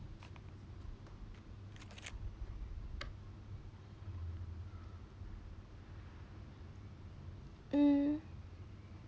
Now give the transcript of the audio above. mm